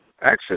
access